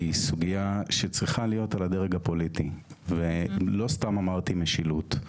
סוגייה שצריכה להיות על הדרג הפוליטי ולא סתם אמרתי משילות,